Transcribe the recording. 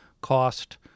cost